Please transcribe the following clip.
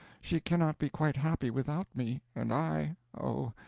she cannot be quite happy without me and i oh,